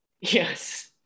Yes